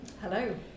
Hello